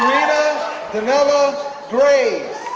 donella graves